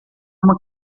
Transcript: uma